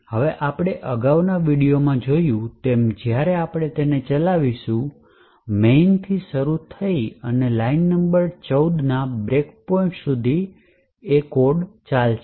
હવે આપણે અગાઉના વિડિઓમાં જોયું તેમ જ્યારે આપણે તેને ચલાવિશુ મેઇન થી શરૂ થઈ અને લાઈન નંબર 14 ના બ્રેક પોઈન્ટ સુધી ચાલશે